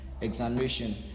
examination